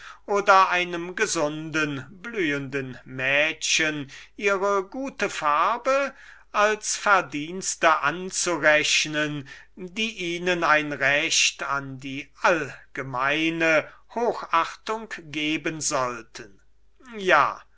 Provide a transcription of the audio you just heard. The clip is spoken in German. oder einem gesunden blühenden mädchen ihre gute farbe und die wölbung ihres busens als verdienste anrechnen welche ihnen ein recht an die allgemeine hochachtung geben sollten ja